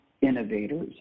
innovators